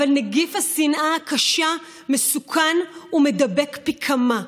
אבל נגיף השנאה הקשה מסוכן ומדבק פי כמה.